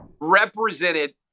represented